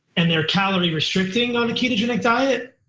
and they're calorie restricting on the ketogenic diet,